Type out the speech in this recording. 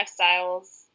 lifestyles